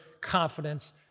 confidence